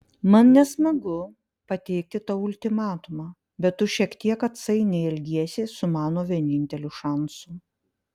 man nesmagu pateikti tau ultimatumą bet tu šiek tiek atsainiai elgiesi su mano vieninteliu šansu